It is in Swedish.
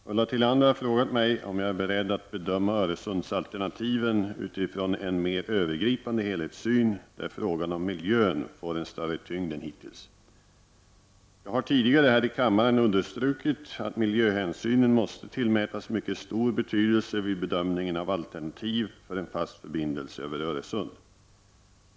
Herr talman! Ulla Tillander har frågat mig om jag är beredd att bedöma Öresundsalternativen utifrån en mer övergripande helhetssyn där frågan om miljön får en större tyngd än hittills. Jag har tidigare i kammaren understrukit att miljöhänsynen måste tillmätas mycket stor betydelse vid bedömningen av alternativ för en fast förbindelse över Öresund.